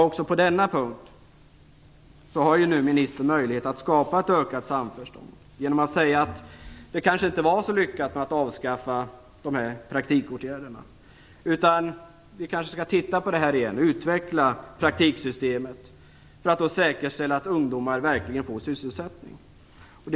Också på denna punkt har ministern nu en möjlighet att skapa ett ökat samförstånd genom att säga att det kanske inte var så lyckat att avskaffa dessa praktikåtgärder och att man kanske skall se över detta igen och utveckla praktiksystemet för att säkerställa att ungdomar verkligen får sysselsättning.